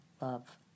love